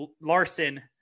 larson